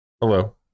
Hello